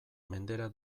mendera